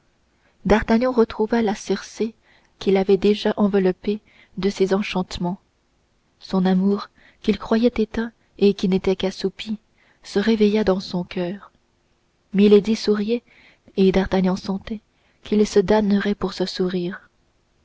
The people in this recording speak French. d'artagnan retrouva la circé qui l'avait déjà enveloppé de ses enchantements son amour qu'il croyait éteint et qui n'était qu'assoupi se réveilla dans son coeur milady souriait et d'artagnan sentait qu'il se damnerait pour ce sourire